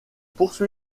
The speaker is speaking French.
poursuit